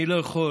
אני לא יכול